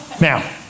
Now